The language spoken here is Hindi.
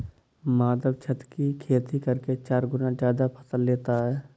माधव छत की खेती करके चार गुना ज्यादा फसल लेता है